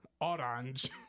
Orange